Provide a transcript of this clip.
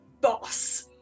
Boss